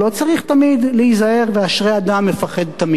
צריך תמיד להיזהר, ואשרי אדם מפחד תמיד.